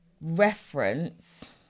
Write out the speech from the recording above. reference